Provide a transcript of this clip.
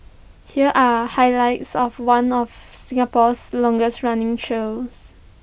here are highlights of one of Singapore's longest running shows